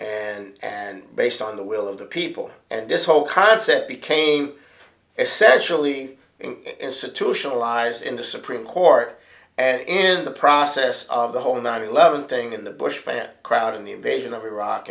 ceci and based on the will of the people and this whole concept became essentially institutionalized in the supreme court and in the process of the whole nine eleven thing in the bush plan crowd in the invasion of iraq